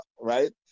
right